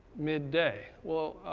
midday. well,